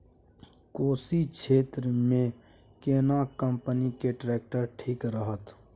कोशी क्षेत्र मे केना कंपनी के ट्रैक्टर ठीक रहत?